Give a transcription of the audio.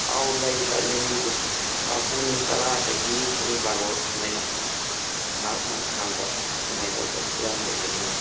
ꯑꯥꯎ ꯂꯩ ꯇꯥꯏꯃꯤꯡꯕꯨꯗꯤ ꯄꯨꯡ ꯇꯥꯔꯥꯗꯒꯤ ꯄꯨꯡ ꯚꯥꯔꯣ ꯁꯨꯃꯥꯏꯅ ꯉꯥꯏꯍꯥꯛ ꯉꯥꯏꯍꯥꯛ ꯍꯥꯡꯕ ꯑꯗꯨꯃꯥꯏꯅ ꯇꯧꯕ ꯏꯔꯥꯡ ꯂꯩꯕꯅꯤꯅ